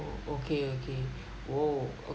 okay okay oh